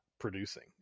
producing